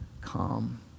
calm